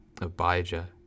Abijah